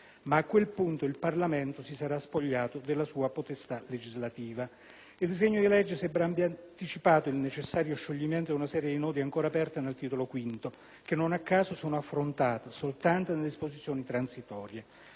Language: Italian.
ma, a quel punto, il Parlamento si sarà già spogliato della sua potestà legislativa. II disegno di legge sembra abbia anticipato il necessario scioglimento di una serie di nodi ancora aperti nel Titolo V, che non a caso sono affrontati soltanto nelle disposizioni transitorie,